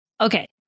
Okay